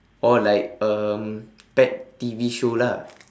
oh like um pet T_V show lah